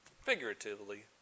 figuratively